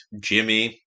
Jimmy